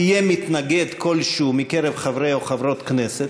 יהיה מתנגד כלשהו מקרב חברי או חברות הכנסת,